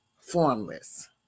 formless